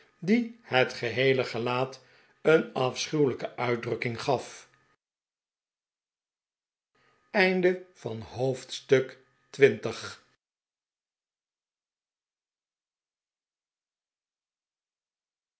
die het geheele gelaat een afschuwelijke uitdrukking gaf hoofdstuk